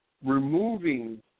removing